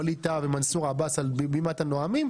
וואליד טאהא ומנסור עבאס על בימת הנואמים,